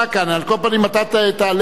חוק התכנון והבנייה (תיקון,